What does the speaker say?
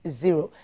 zero